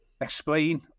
explain